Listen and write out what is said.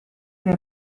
del